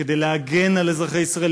כדי להגן על אזרחי ישראל,